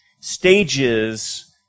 stages